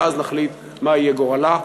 ואז נחליט מה יהיה גורלה.